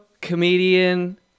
comedian